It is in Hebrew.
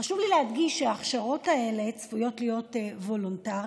חשוב לי להדגיש שההכשרות האלה צפויות להיות וולונטריות,